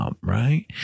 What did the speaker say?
right